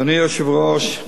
אדוני היושב-ראש,